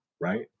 right